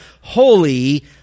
holy